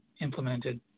implemented